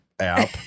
app